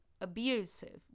abusive